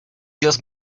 just